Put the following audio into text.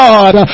God